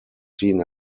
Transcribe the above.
seen